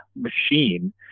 machine